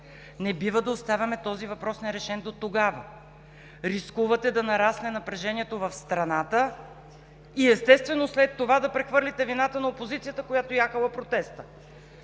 не бива да оставяме този въпрос нерешен дотогава. Рискувате да нарасне напрежението в страната и, естествено, след това да прехвърлите вината на опозицията, която яхала протеста.